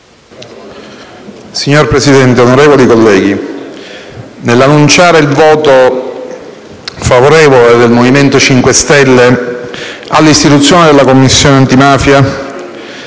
Signor Presidente, onorevoli colleghi, nell'annunciare il voto favorevole del Movimento 5 Stelle all'istituzione della Commissione antimafia,